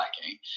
lacking